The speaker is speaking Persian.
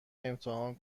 امتحان